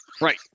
Right